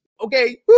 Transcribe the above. okay